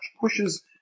pushes